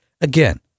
Again